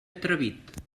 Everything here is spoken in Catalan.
atrevit